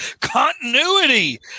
continuity